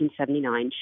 1979